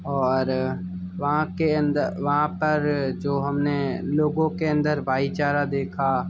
और वहाँ के अंद वहाँ पर जो हमने लोगों के अंदर भाईचारा देखा